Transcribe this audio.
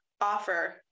offer